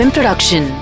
Production